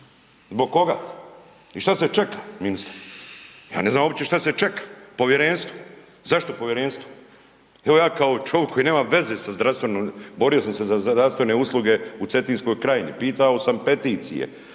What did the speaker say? Zbog koga? I šta se čeka ministre, ja ne znam uopće šta se čeka, povjerenstvo. Zašto povjerenstvo? Evo ja kao čovik koji nema veze sa zdravstvenom, borio sam se za zdravstvene usluge u Cetinskoj krajini, pitao sam peticije,